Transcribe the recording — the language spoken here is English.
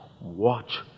watch